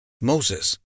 Moses